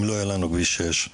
אם לא יהיו לנו כביש 6,